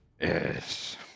Yes